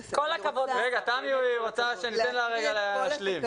תמי רוצה שניתן לה להשלים.